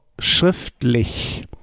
schriftlich